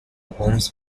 homes